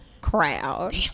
crowd